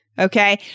Okay